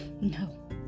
no